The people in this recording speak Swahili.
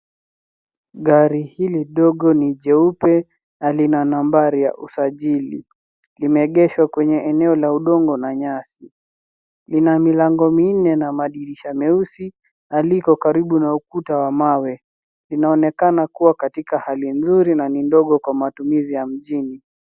Gari hili dogo ni jeupe na lina nambari ya usajili. Limeegeshwa kwenye eneo la udongo na nyasi. Lina milango minne na madirisha meusi na liko karibu na ukuta wa mawe. Linaonekana kuwa katika hali nzuri na ni ndogo kwa matumizi ya mjini.